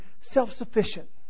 self-sufficient